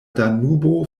danubo